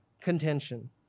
contention